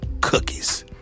cookies